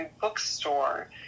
bookstore